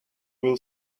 will